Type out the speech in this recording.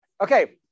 Okay